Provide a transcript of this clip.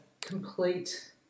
complete